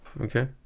Okay